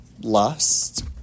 Lust